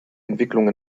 entwicklung